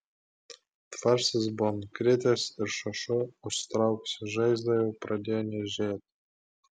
tvarstis buvo nukritęs ir šašu užsitraukusią žaizdą jau pradėjo niežėti